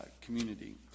community